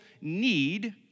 need